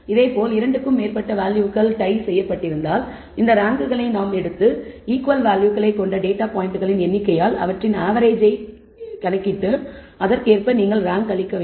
இதேபோல் 2 க்கும் மேற்பட்ட வேல்யூகள் டய் செய்யப்பட்டிருந்தால் இந்த ரேங்க்களை நாங்கள் எடுத்து ஈகுவள் வேல்யூகளைக் கொண்ட டேட்டா பாயிண்ட்களின் எண்ணிக்கையால் அவற்றின் ஆவரேஜ் கொண்டு அதற்கேற்ப நீங்கள் ரேங்க் அளிக்க வேண்டும்